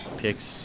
picks